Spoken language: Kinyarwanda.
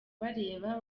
bareba